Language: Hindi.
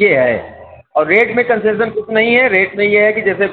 यह है और रेट में कन्सेसन उतना ही है रेट में यह है कि जैसे